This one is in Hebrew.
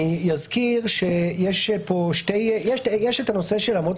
אני אזכיר שיש את הנושא של מאפיינים ואמות